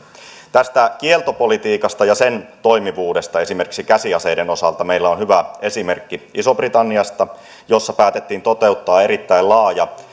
tästä kieltopolitiikasta ja sen toimivuudesta esimerkiksi käsiaseiden osalta meillä on hyvä esimerkki isosta britanniasta jossa päätettiin toteuttaa erittäin laaja